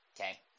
Okay